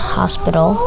hospital